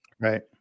right